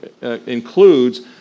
includes